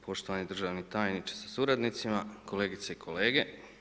Poštovani državni tajniče sa suradnicima, kolegice i kolege.